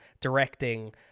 directing